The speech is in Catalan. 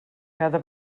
cada